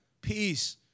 peace